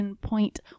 point